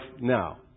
now